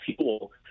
fuel